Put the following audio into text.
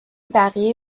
بقیه